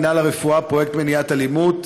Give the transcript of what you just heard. מינהל הרפואה: פרויקט מניעת אלימות.